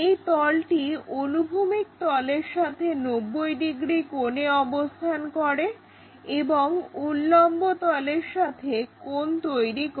এই তলটি অনুভূমিক তলের সাথে 90 ডিগ্রি কোণে অবস্থান করে এবং উল্লম্ব তলের সাথে কোণ তৈরি করে